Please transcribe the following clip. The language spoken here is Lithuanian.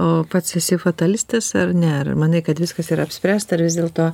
o pats esi fatalistas ar ne ar manai kad viskas yra apspręsta ar vis dėlto